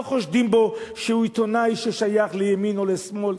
חושדים בו שהוא עיתונאי ששייך לימין או לשמאל,